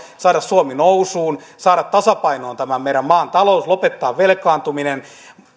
saada suomen nousuun saada tasapainoon tämän meidän maan talouden lopettaa velkaantumisen